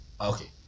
okay